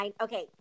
Okay